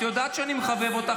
את יודעת שאני מחבב אותך,